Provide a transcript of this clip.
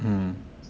mmhmm